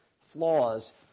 flaws